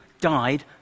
died